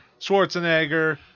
Schwarzenegger